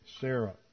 Sarah